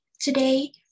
Today